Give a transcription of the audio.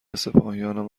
سپاهیانم